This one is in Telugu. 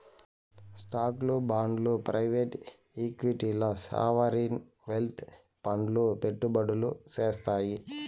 స్టాక్లు, బాండ్లు ప్రైవేట్ ఈక్విటీల్ల సావరీన్ వెల్త్ ఫండ్లు పెట్టుబడులు సేత్తాయి